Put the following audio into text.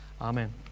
Amen